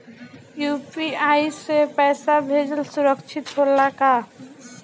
UPI से पैसा भेजल सुरक्षित होला का?